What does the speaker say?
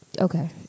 Okay